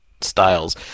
styles